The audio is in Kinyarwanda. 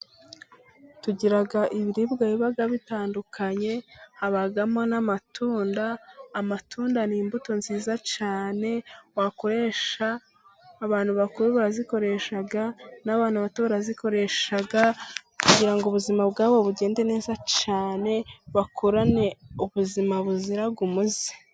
Tugira ibiribwa biba bitandukanye. Habamo n'amatunda, amatunda ni imbuto nziza cyane wakoresha, abantu bakuru barazikoresha n'abana bato barazikoresha, kugira ngo ubuzima bwabo bugende neza cyane bakurane ubuzima buzira umuze.